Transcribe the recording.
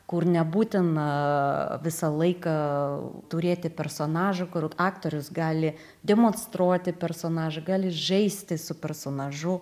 kur nebūtina visą laiką turėti personažą kur aktorius gali demonstruoti personažą gali žaisti su personažu